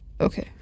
okay